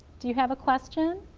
do you have a question?